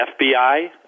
FBI